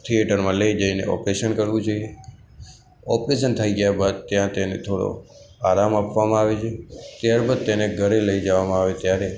થીયેટરમાં લઇ જઈને ઑપરેશન કરવું જોઈએ ઑપરેશન થઇ ગયાં બાદ ત્યાં તેને થોડો આરામ આપવામાં આવે છે ત્યારબાદ તેને ઘરે લઇ જવામાં આવે ત્યારે